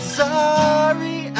sorry